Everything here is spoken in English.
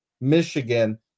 Michigan